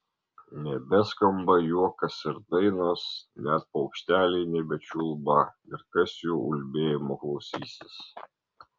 nebeskamba juokas ir dainos net paukšteliai nebečiulba ir kas jų ulbėjimo klausysis